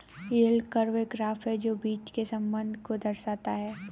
yield curve एक graph है जो बीच के संबंध को दर्शाता है